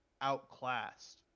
outclassed